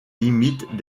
limites